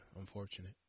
unfortunate